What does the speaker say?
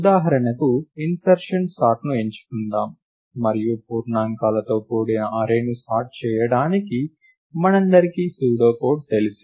ఉదాహరణకు insertion sort ని ఎంచుకుందాం మరియు పూర్ణాంకాలతో కూడిన అర్రే ని సార్ట్ చేయడానికి మనందరికీ సూడో కోడ్ తెలుసు